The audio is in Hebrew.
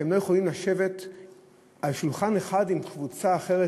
שהם לא יכולים לשבת לשולחן אחד עם קבוצה אחרת,